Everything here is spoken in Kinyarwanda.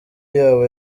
yabo